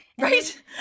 Right